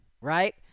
right